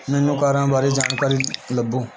ਮੈਨੂੰ ਕਾਰਾਂ ਬਾਰੇ ਜਾਣਕਾਰੀ ਲੱਭੋ